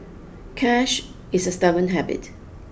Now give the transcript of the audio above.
cash is a stubborn habit